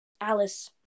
Alice